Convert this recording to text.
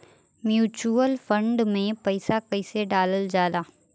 Mutual fund मे पईसा कइसे डालल जाला?